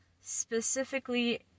specifically